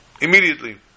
Immediately